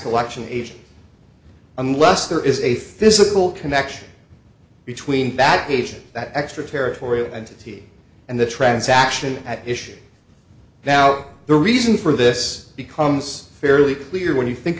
collection agency unless there is a physical connection between bad agent that extraterritorial entity and the transaction at issue now the reason for this becomes fairly clear when you think